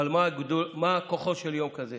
אבל מה כוחו של יום כזה?